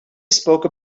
spoke